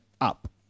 up